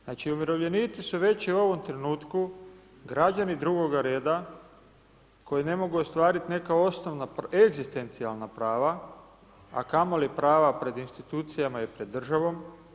Znači umirovljenici su već i u ovom trenutku građani drugoga reda koji ne mogu ostvariti neka osnovna egzistencijalna prava a kamoli prava pred institucijama i pred državom.